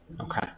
Okay